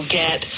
get